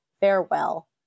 Farewell